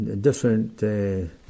different